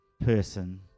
person